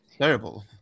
terrible